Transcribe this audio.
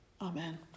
Amen